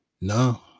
No